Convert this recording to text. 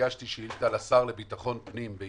כשהגשתי בשבוע שעבר שאילתה לשר לביטחון פנים על